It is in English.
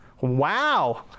Wow